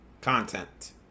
content